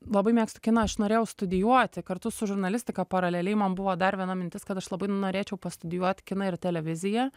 labai mėgstu kiną aš norėjau studijuoti kartu su žurnalistika paraleliai man buvo dar viena mintis kad aš labai norėčiau pastudijuoti kiną ir televiziją